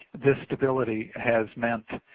this stability has meant